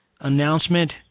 announcement